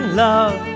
love